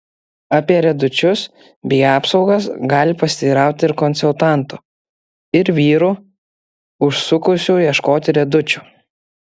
apie riedučius bei apsaugas gali pasiteirauti ir konsultanto ir vyrų užsukusių ieškoti riedučių